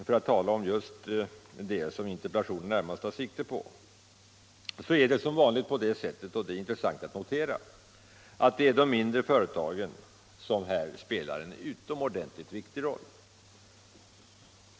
För att tala om just det som interpellationen närmast tar sikte på, återvinningen av järnskrot, är det som vanligt — det är intressant att notera — de mindre företagen som spelar en utomordentligt viktig roll.